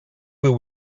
will